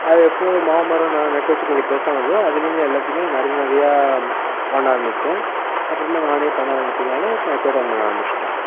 அது எப்போது மாமரம் நட்டு வெச்சு கொஞ்சம் பெருசானதோ அதிலிருந்து எல்லாத்தையுமே நிறையா நிறையா பண்ண ஆரம்பித்தேன் அப்புறமாக நானே பண்ண ஆரம்பித்ததால இப்போ தோட்டமிட ஆரம்பிச்சுட்டேன்